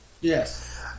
Yes